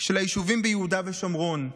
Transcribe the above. של היישובים ביהודה ושומרון.